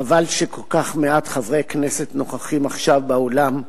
חבל שכל כך מעט חברי כנסת נוכחים עכשיו באולם,